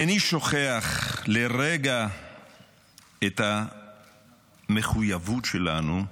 איני שוכח לרגע את המחויבות שלנו,